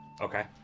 Okay